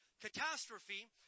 catastrophe